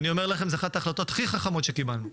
זו אחת ההחלטות הכי חכמות שקיבלנו,